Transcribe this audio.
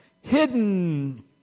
hidden